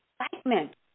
excitement